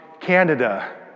Canada